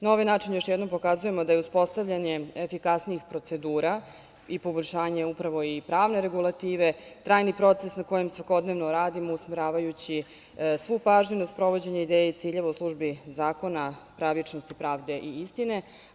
Na ovaj način još jednom pokazujemo da je uspostavljanje efikasnijih procedura i poboljšanje upravo i pravne regulative trajni proces na kojem svakodnevno radimo, usmeravajući svu pažnju na sprovođenje ideje i ciljeva u službi zakona, pravičnosti, pravde i istine.